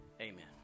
Amen